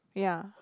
ya